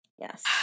yes